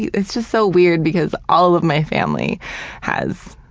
yeah it's just so weird because all of my family has